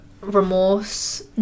remorse